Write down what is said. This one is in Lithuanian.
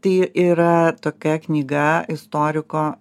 bet yra tokia knyga istoriko